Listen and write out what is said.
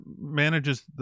manages